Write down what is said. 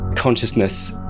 Consciousness